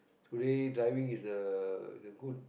today driving is a is a good